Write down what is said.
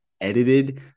edited